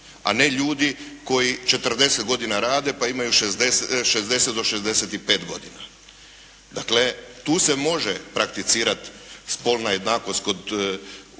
a ne ljudi koji 40 godina rade pa imaju 60 do 65 godina. Dakle, tu se može prakticirati spolna jednakost kod umirovljenja,